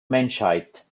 menschheit